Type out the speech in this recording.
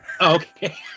Okay